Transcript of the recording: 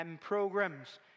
programs